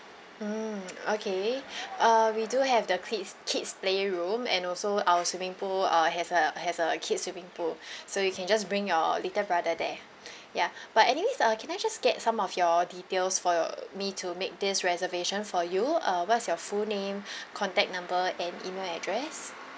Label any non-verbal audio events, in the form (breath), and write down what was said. mm okay uh we do have the kids kids playroom and also our swimming pool uh has a has a kids swimming pool so you can just bring your little brother there ya but anyways uh can I just get some of your details for your me to make this reservation for you uh what's your full name (breath) contact number and email address